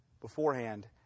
beforehand